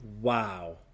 Wow